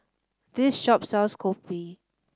this shop sells Kopi